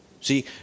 See